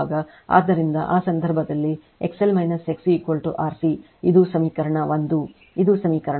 ಆದ್ದರಿಂದ ಆ ಸಂದರ್ಭದಲ್ಲಿ XL XC RC ಇದು ಸಮೀಕರಣ 1 ಇದು ಸಮೀಕರಣ 2